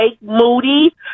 Moody